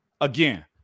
Again